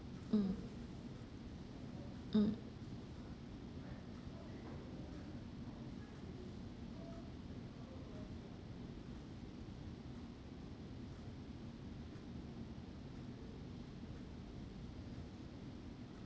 mm mm